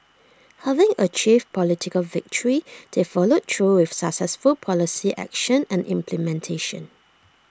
having achieved political victory they followed through with successful policy action and implementation